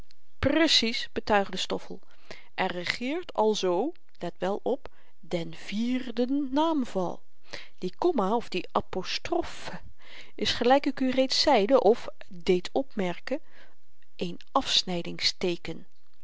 precies betuigde stoffel en regeert alzoo let wel op den vierden naamval die komma of die apostrofe is gelyk ik u reeds zeide of deed opmerken een afsnydingsteeken